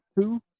two